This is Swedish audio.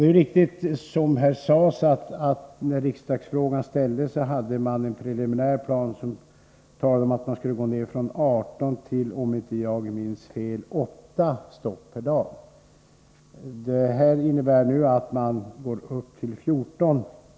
Det är riktigt som det sades här, att man när frågan togs upp i riksdagen hade en preliminär plan enligt vilken antalet tåguppehåll i Kolbäck skulle minska från 18 till — om jag inte minns fel — 8 uppehåll per dag. Trafikändringen innebär att man ökar antalet till 14.